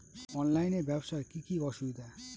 অনলাইনে ব্যবসার কি কি অসুবিধা?